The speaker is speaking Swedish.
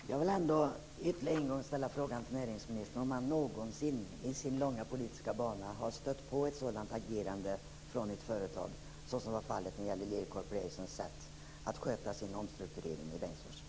Herr talman! Jag vill ändå ytterligare en gång ställa frågan till näringsministern om han någonsin i sin långa politiska bana har stött på ett sådant agerande från ett företag som visats i fallet med Lear Corporations omstrukturering i Bengtsfors.